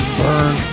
burn